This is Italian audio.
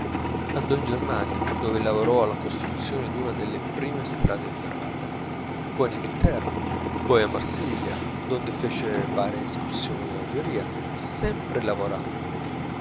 andò in germania dove lavorò alla costruzione d'una delle prime strade ferrate poi in inghilterra poi a marsiglia donde fece varie escursioni in algeria sempre lavorando